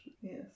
Yes